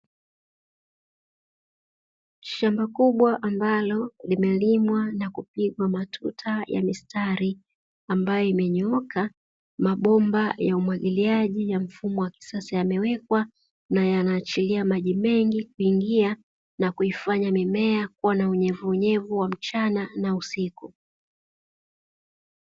Shamba kubwa ambalo limelimwa na kupigwa matuta ya mistari ambayo imenyooka, mabomba ya umwagiliaji ya mfumo wa kisasa yamewekwa na yanaachilia maji mengi kuingia na kuifanya mimea kua na unyevu unyevu wa mchana na usiku.